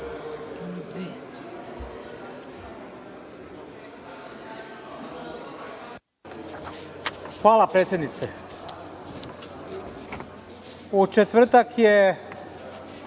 Hvala, predsednice.U četvrtak je